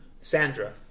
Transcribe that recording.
Sandra